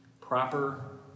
Proper